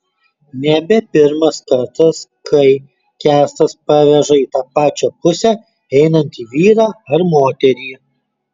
nebe pirmas kartas kai kęstas paveža į tą pačią pusę einantį vyrą ar moterį